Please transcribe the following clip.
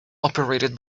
operated